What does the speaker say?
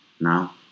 Now